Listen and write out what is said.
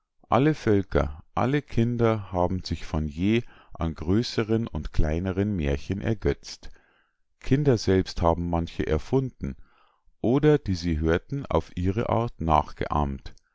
alle völker alle kinder haben sich von je an größeren und kleineren mährchen ergötzt kinder selbst haben manche erfunden oder die sie hörten auf ihre art nachgeahmt